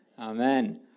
Amen